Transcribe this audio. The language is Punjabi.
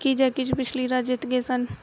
ਕੀ ਯੈਕੀਜ਼ ਪਿਛਲੀ ਰਾਤ ਜਿੱਤ ਗਏ ਸਨ